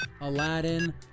Aladdin